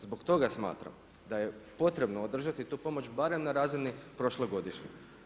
Zbog toga smatram da je potrebno održati tu pomoć barem na razini prošlogodišnje.